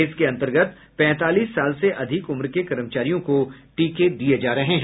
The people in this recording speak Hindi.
इसके अंतर्गत पैंतालीस साल से अधिक उम्र के कर्मचारियों को टीके दिये जा रहे हैं